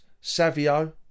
Savio